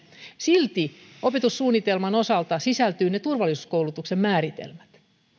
silti opetussuunnitelman osalta sisältyvät ne turvallisuuskoulutuksen määritelmät